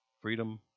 freedom